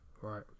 right